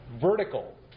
vertical